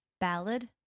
Ballad